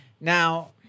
Now